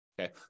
Okay